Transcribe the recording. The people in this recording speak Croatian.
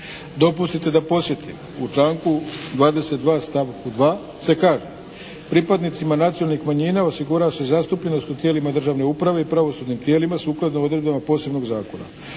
Dopustite da podsjetim u članku 22. stavku 2. se kaže pripadnicima nacionalnih manjina osigurava se zastupljenost u tijelima državne uprave i pravosudnim tijelima sukladno odredbama posebnog zakona